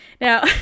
Now